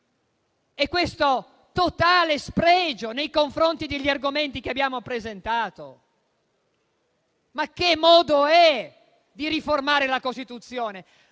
e questo totale spregio nei confronti degli argomenti che abbiamo presentato? Che modo è di riformare la Costituzione?